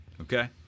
Okay